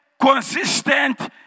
consistent